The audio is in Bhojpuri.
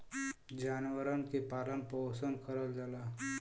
जानवरन के पालन पोसन करल जाला